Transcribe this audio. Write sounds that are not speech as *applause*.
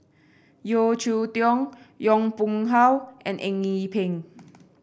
Yeo Cheow Tong Yong Pung How and Eng Yee Peng *noise*